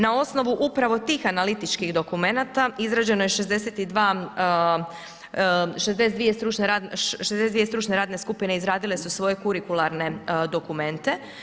Na osnovu upravo tih analitičkih dokumenata izrađen je 62, 62 radne skupine izradile su svoje kurikularne dokumente.